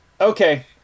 Okay